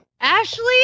Ashley